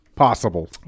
Possible